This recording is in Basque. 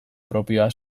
propioa